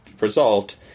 result